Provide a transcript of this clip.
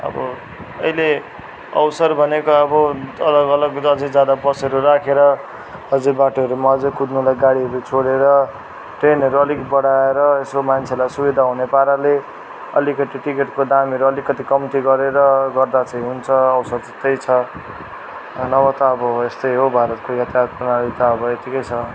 अब अहिले अवसर भनेको अब अलग अलग बसहरू राखेर अझै बाटोहरूमा अझै कुद्नुलाई गाडीहरू छोडेर ट्रेनहरू अलिक बढाएर यसो मान्छेलाई सुबिधा हुने पाराले अलिकति टिकटको दामहरू अलिकति कम्ती गरेर गर्दा चाहिँ हुन्छ अवसर चाहिँ त्यही छ नभए त अब यस्तै हो भारतको यातायात प्रणाली त अब यतिकै छ